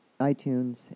iTunes